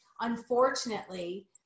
unfortunately